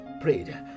prayed